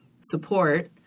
support